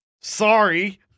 Sorry